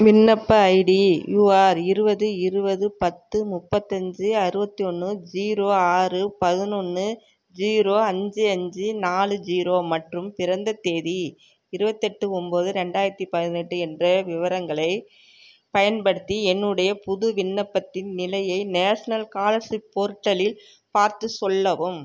விண்ணப்ப ID U R இருபது இருபது பத்து முப்பத்தஞ்சு அறுபத்தி ஒன்று ஜீரோ ஆறு பதினொன்று ஜீரோ அஞ்சு அஞ்சு நாலு ஜீரோ மற்றும் பிறந்த தேதி இருபத்தெட்டு ஒம்போது ரெண்டாயிரத்தி பதினெட்டு என்ற விவரங்களை பயன்படுத்தி என்னுடைய புது விண்ணப்பத்தின் நிலையை நேஷனல் ஸ்காலர்ஷிப் போர்ட்டலில் பார்த்துச் சொல்லவும்